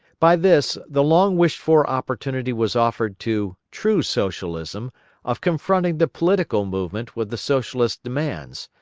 by this, the long wished-for opportunity was offered to true socialism of confronting the political movement with the socialist demands,